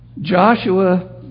Joshua